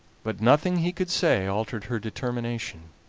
but nothing he could say altered her determination,